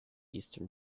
eastern